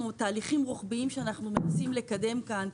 תהליכים רוחביים שאנחנו מנסים לקדם כאן,